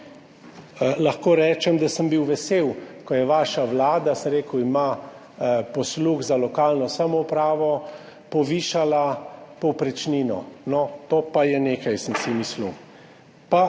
lahko rečem, da sem bil vesel, ko je vaša vlada – sem rekel, ima posluh za lokalno samoupravo – povišala povprečnino. No, to pa je nekaj, sem si mislil.